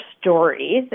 stories